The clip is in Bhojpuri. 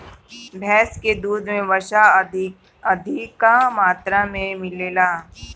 भैस के दूध में वसा अधिका मात्रा में मिलेला